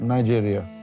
Nigeria